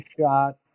shot